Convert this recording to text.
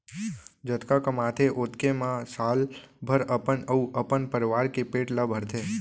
जतका कमाथे ओतके म साल भर अपन अउ अपन परवार के पेट ल भरथे